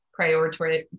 prioritize